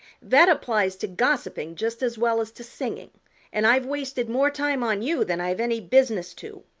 that applies to gossiping just as well as to singing and i've wasted more time on you than i've any business to.